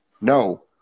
No